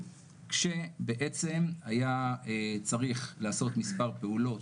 כשבעצם היה צריך לעשות מספר פעולות,